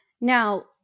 Now